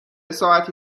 ساعتی